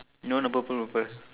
no the purple purple